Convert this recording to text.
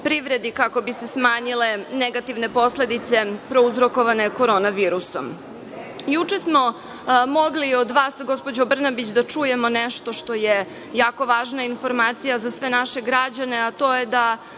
privredi kako bi se smanjile negativne posledice prouzrokovane korona virusom. Juče smo mogli od vas, gospođo Brnabić da čujemo nešto što je jako važna informacija za sve naše građane, a to je da